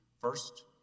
First